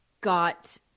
got